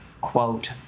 quote